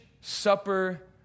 supper